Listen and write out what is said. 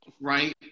right